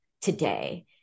today